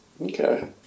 Okay